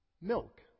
milk